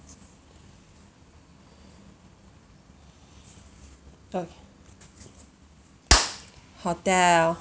oh hotel